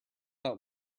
out